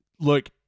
look